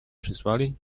przysłali